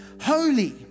holy